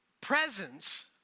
presence